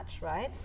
right